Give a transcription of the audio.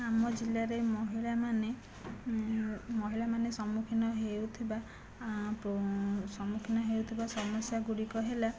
ଆମ ଜିଲ୍ଲାରେ ମହିଳାମାନେ ମହିଳାମାନେ ସମ୍ମୁଖୀନ ହେଉଥିବା ସମ୍ମୁଖୀନ ହେଉଥିବା ସମସ୍ୟା ଗୁଡ଼ିକ ହେଲା